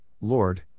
Lord